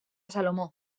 salomó